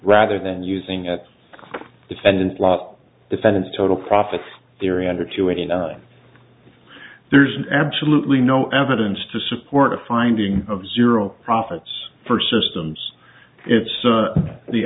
rather than using at defendant lot defendants total profits theory under two eighteen there's absolutely no evidence to support a finding of zero profits for systems it's